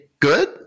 good